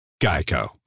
Geico